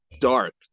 dark